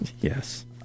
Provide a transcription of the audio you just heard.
Yes